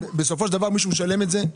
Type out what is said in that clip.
בסופו של דבר מישהו משלם את זה.